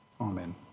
Amen